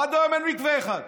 עד היום אין מקווה אחד.